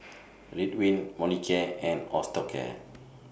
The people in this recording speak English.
Ridwind Molicare and Osteocare